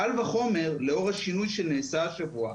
קל וחומר לאור השינוי שנעשה השבוע,